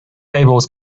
tables